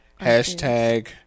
Hashtag